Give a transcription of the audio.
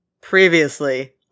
Previously